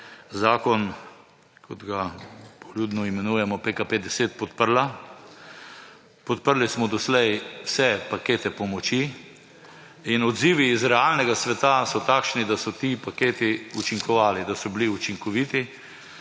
zakon, kot ga poljudno imenujemo PKP 10, podprla. Podprli smo doslej vse pakete pomoči. In odzivi iz realnega sveta so takšni, da so ti paketi učinkovali, da so bili učinkoviti.